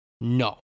No